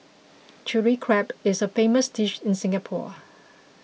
Chilli Crab is a famous dish in Singapore